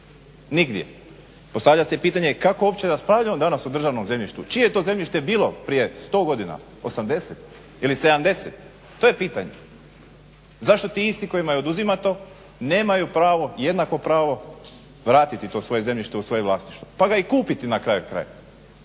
nigdje. Postavlja se pitanje kako opće raspravljamo danas o državnom zemljištu, čije je to zemljište bilo prije 100 godina, 80 ili 70, to je pitanje? Zašto ti isti kojima je oduzimato, nemaju pravo, jednako pravo vratiti to svoje zemljište u svoje vlasništvo, pa ga i kupiti na kraju krajeva.